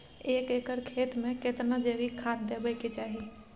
एक एकर खेत मे केतना जैविक खाद देबै के चाही?